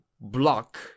block